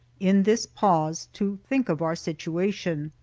in this pause, to think of our situation.